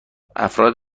افراد